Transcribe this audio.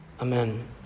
Amen